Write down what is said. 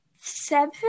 seven